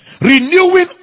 Renewing